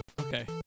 Okay